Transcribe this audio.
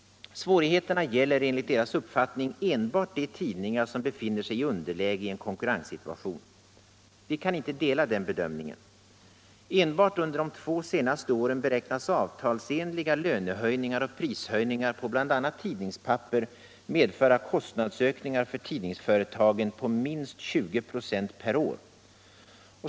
Svårigheterna gäller enligt deras uppfattning enbart de tidningar som befinner sig i underläge i en konkurrenssituation. Vi kan inte dela den bedömningen. Enbart under åren 1975 och 1976 beräknas avtalsenliga lönehöjningar och prishöjningar på bl.a. tidningspapper medföra kostnadsökningar för tidningsföretagen på minst 20 26 per år.